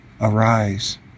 Arise